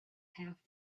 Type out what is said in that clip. half